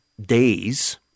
days